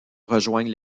rejoignent